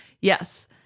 Yes